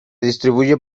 distribuye